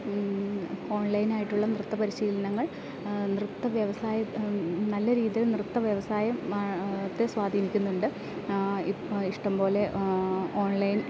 ഓൺലൈനായിട്ടുള്ള നൃത്തപരിശീലനങ്ങൾ നൃത്ത വ്യവസായ നല്ല രീതിയിൽ നൃത്ത വ്യവസായം ത്തെ സ്വാധീനിക്കുന്നുണ്ട് ഇപ്പം ഇഷ്ടം പോലെ ഓൺലൈൻ